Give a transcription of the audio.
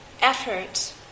effort